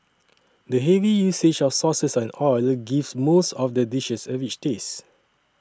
the heavy usage of sauces and oil gives most of the dishes a rich taste